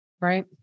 Right